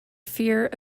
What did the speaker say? fear